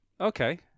Okay